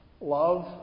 Love